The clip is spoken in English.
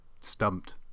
stumped